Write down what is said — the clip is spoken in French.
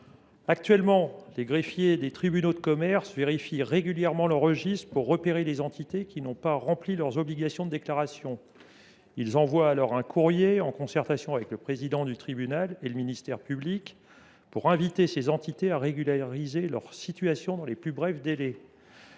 Actuellement, les greffiers des tribunaux de commerce vérifient régulièrement leur registre pour repérer les entités qui n’ont pas rempli leurs obligations de déclaration. Ils envoient alors un courrier, en concertation avec le président du tribunal et le ministère public, pour inviter ces entités à régulariser leur situation dans les plus brefs délais.